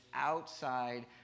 outside